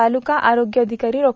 तालुका आरोग्य अधिक्ररी डॉ